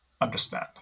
understand